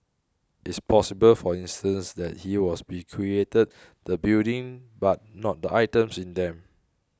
it's possible for instance that he was bequeathed the building but not the items in them